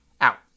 Out